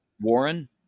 Warren